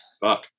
fuck